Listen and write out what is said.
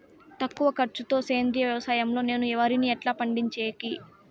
తక్కువ ఖర్చు తో సేంద్రియ వ్యవసాయం లో నేను వరిని ఎట్లా పండించేకి?